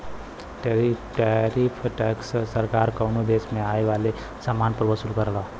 tariff tax सरकार कउनो देश में आये वाले समान पर वसूल करला